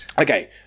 Okay